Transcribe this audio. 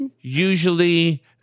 usually